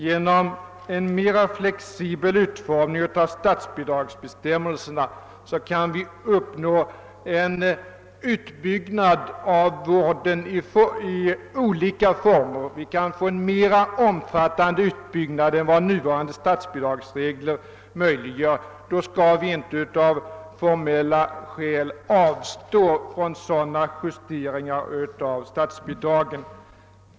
Genom en mera flexibel utformning av statsbidragsbestämmelserna kan vi uppnå en utbyggnad av vården i olika former. Vi kan få en mer omfattande utbyggnad än vad nuvarande statsbidragsregler möjliggör. Då kan vi inte av formella skäl avstå från sådana justeringar av statsbidragen.